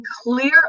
clear